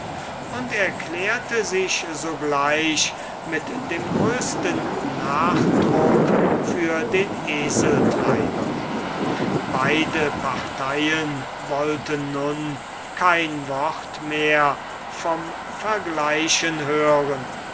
und erklärte sich sogleich mit dem größten nachdruck für den eseltreiber beide parteien wollten nun kein wort mehr vom vergleichen hören